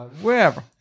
Wherever